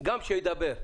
גם כשהוא ידבר,